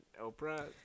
Oprah